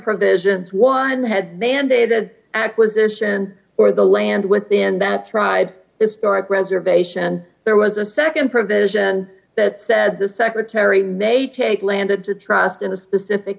provisions one had mandated acquisition for the land within that tribes historic preservation there was a nd provision that said the secretary may take landed to trust in a specific